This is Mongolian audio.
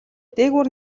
дээгүүр